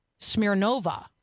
Smirnova